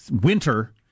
winter